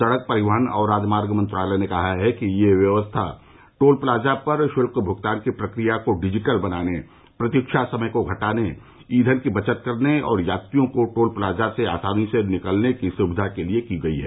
सडक परिवहन और राजमार्ग मंत्रालय ने कहा है कि यह व्यवस्था टोल प्लाजा पर शुल्क भुगतान की प्रक्रिया को डिजिटल बनाने प्रतीक्षा समय को घटाने ईंधन की बचत करने और यात्रियों को टोल प्लाजा से आसानी से निकलने की सुविधा के लिए की गई है